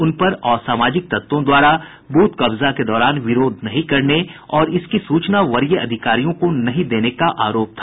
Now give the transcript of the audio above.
उनपर असामाजिक तत्वों द्वारा ब्रथ कब्जा के दौरान विरोध नहीं करने और इसकी सूचना वरीय अधिकारियों को नहीं देने का आरोप था